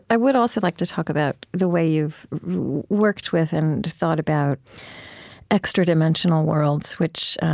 i would also like to talk about the way you've worked with and thought about extra-dimensional worlds, which